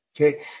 Okay